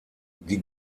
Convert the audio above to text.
die